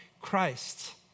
Christ